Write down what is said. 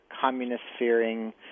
communist-fearing